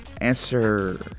Answer